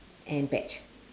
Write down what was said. and veg